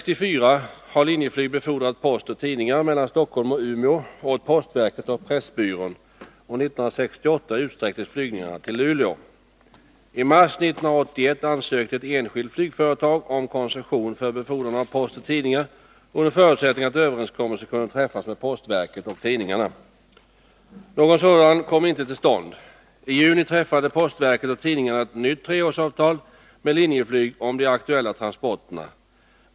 I mars 1981 ansökte ett enskilt flygföretag om koncession för befordran av post och tidningar under förutsättning att överenskommelse kunde träffas med postverket och tidningarna. Någon sådan kom inte till stånd. I juni träffade postverket och tidningarna ett nytt treårsavtal med Linjeflyg om de aktuella transporterna.